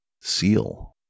Seal